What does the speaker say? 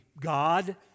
God